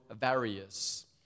various